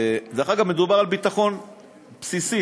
דרך אגב, מדובר על ביטחון בסיסי.